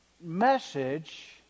message